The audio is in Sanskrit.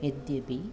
यद्यपि